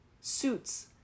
suits